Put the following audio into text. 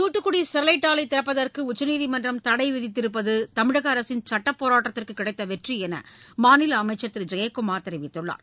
Thoothukudi Sterlite ஆலை திறப்பதற்கு உச்சநீதிமன்றம் தடை விதித்திருப்பது தமிழக அரசின் சுட்டப்போராட்டத்திற்கு கிடைத்த வெற்றி என்று மாநில அமைச்சர் திரு ஜெயக்குமார் தெரிவித்துள்ளார்